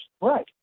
right